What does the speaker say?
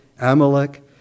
Amalek